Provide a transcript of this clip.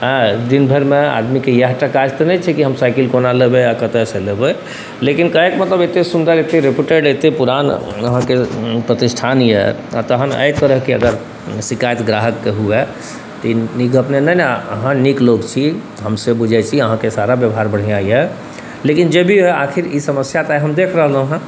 दिनभरिमे आदमीके इएहटा काज तऽ नहि छै कि हम साइकिल कोना लेबै आओर कतऽसँ लेबै लेकिन कहैके मतलब एतेक सुन्दर एतेक रेप्यूटेड एतेक पुरान अहाँके प्रतिष्ठान अइ तखन एहि तरहके अगर शिकायत ग्राहकके हुअए तऽ ई नीक गप नहि ने अहाँ नीक लोक छी हम से बुझै छी अहाँके सारा बेवहार बढ़िआँ अइ लेकिन जे भी होइ आखिर ई समस्या तऽ आइ हम देखि रहलहुँ हँ